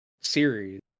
series